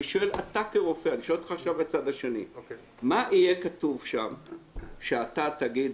אני שואל אותך כרופא מה יהיה כתוב שם שאתה תגיד,